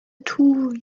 tool